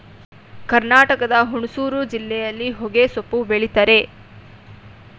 ಕರ್ನಾಟಕದ ಹುಣಸೂರು ಜಿಲ್ಲೆಯಲ್ಲಿ ಹೊಗೆಸೊಪ್ಪು ಬೆಳಿತರೆ